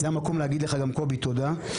זה המקום גם להגיד לך, קובי, תודה.